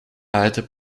aarde